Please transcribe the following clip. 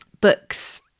books